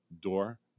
door